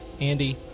Andy